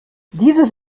dieses